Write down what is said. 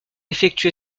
effectué